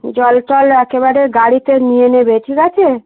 জল টল একেবারে গাড়িতে নিয়ে নেবে ঠিক আছে